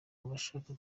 abashaka